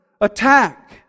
attack